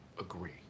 Agree